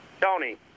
Tony